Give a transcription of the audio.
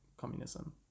communism